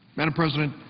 madam president,